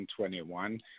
2021